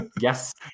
Yes